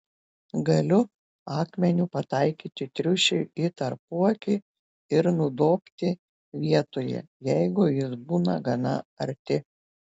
galiu akmeniu pataikyti triušiui į tarpuakį ir nudobti vietoje jeigu jis būna gana arti